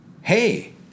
Hey